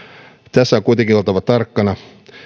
tässä on kuitenkin oltava tarkkana